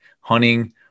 hunting